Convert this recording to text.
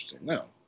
No